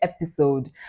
episode